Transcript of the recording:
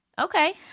Okay